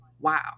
wow